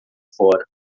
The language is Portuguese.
fora